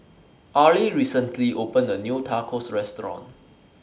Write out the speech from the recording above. Arely recently opened A New Tacos Restaurant